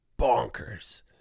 bonkers